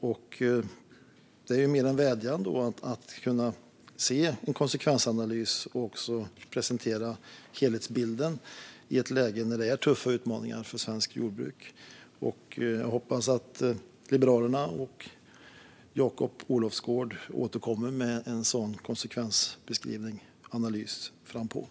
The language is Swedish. Min vädjan är att man ska kunna se en konsekvensanalys och presentera helhetsbilden i ett läge då svenskt jordbruk har stora utmaningar. Jag hoppas att Liberalerna och Jakob Olofsgård kommer att återkomma med en sådan konsekvensanalys framöver.